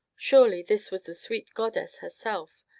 surely this was the sweet goddess herself,